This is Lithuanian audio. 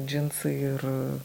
džinsai ir